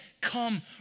come